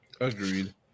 Agreed